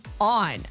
on